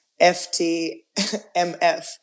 FTMF